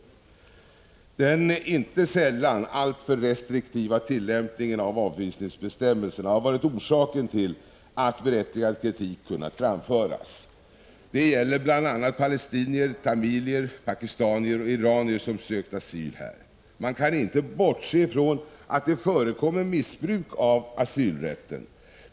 t Den inte sällan alltför restriktiva tillämpningen av avhysningsbestämmelserna har varit orsaken till att berättigad kritik kunnat framföras. Det gäller bl.a. palestinier, tamiler, pakistanare och iranier som har sökt asyl här. Man kan inte bortse från att det förekommer missbruk av asylrätten.